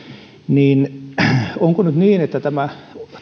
onko nyt niin että tämä